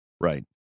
Right